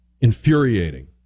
infuriating